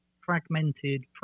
fragmented